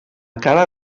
cara